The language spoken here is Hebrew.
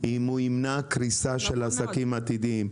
ימנע קריסת עסקים עתידיים.